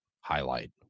highlight